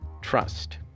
Trust